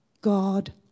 god